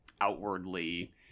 Outwardly